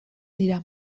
dira